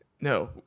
no